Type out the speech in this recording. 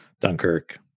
dunkirk